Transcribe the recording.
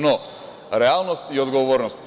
No, realnost i odgovornost.